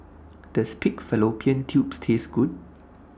Does Pig Fallopian Tubes Taste Good